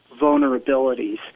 vulnerabilities